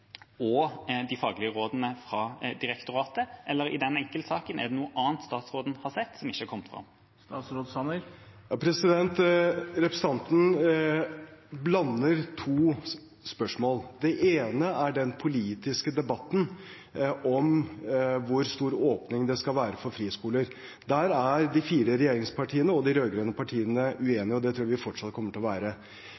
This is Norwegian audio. og de faglige rådene fra direktoratet. Er det noe annet i den enkeltsaken statsråden har sett, som ikke har kommet fram? Representanten blander to spørsmål. Det ene er den politiske debatten om hvor stor åpning det skal være for friskoler. Der er de fire regjeringspartiene og de rød-grønne partiene